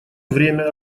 время